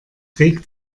regt